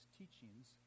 teachings